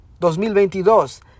2022